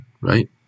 right